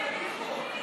התשע"ח 2018, נתקבלה.